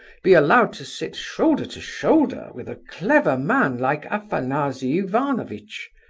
be allowed to sit shoulder to shoulder with a clever man like afanasy ivanovitch?